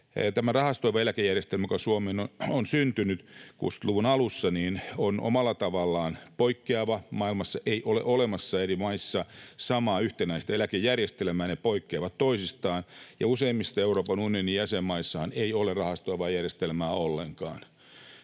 rahastoiva eläkejärjestelmä, joka Suomeen on syntynyt 60-luvun alussa, on omalla tavallaan poikkeava maailmassa. Ei ole olemassa eri maissa samaa, yhtenäistä eläkejärjestelmää, ne poikkeavat toisistaan, ja useimmissa Euroopan unionin jäsenmaissahan ei ole rahastoivaa järjestelmää ollenkaan.